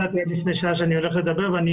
לא ידעתי עד לפני שעה שאני עומד לדבר ואני